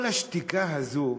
כל השתיקה הזו,